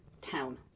town